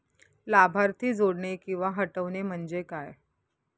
लाभार्थी जोडणे किंवा हटवणे, म्हणजे काय?